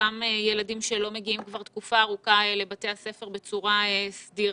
אותם ילדים שלא מגיעים כבר תקופה ארוכה לבתי הספר בצורה סדירה.